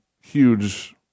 huge